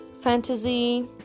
fantasy